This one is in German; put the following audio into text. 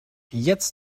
jetzt